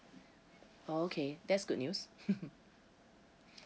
oh okay that's good news